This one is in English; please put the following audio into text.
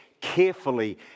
Carefully